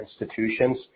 institutions